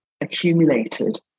accumulated